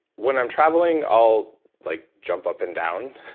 when i'm traveling, i'll like jump up and down.